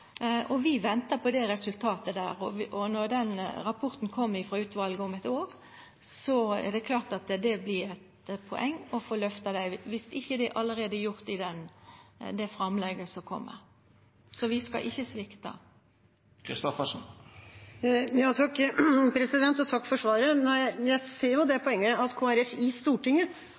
og vi ventar på det resultatet. Når den rapporten kjem frå utvalet om eit år, er det klart at det vert eit poeng å få løfta dei, dersom det ikkje allereie er gjort i det framlegget som kjem. Så vi skal ikkje svikta. Takk for svaret. Jeg ser jo det poenget, at Kristelig Folkeparti i Stortinget